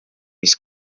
mis